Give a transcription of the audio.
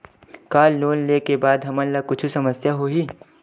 का लोन ले के बाद हमन ला कुछु समस्या होही?